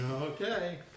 Okay